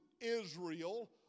Israel